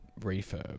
refurb